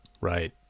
Right